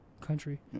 country